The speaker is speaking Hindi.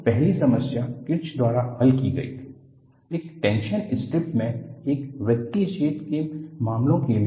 तो पहली समस्या किर्च द्वारा हल की गई थी एक टेंशन स्ट्रिप में एक वृत्तीय छेद के मामलो के लिए